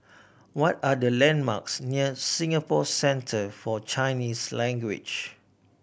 what are the landmarks near Singapore Centre For Chinese Language